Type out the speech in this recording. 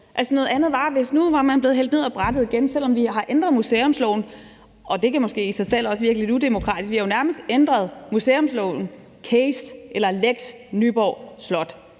noget andet, hvis man nu var blevet hældt ned af brættet igen, selv om vi har ændret museumsloven – og det kan måske i sig selv også virke lidt udemokratisk – men vi har jo nærmest ændret museumsloven med lex Nyborg Slot.